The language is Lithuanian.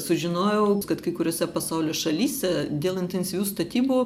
sužinojau kad kai kuriose pasaulio šalyse dėl intensyvių statybų